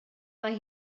mae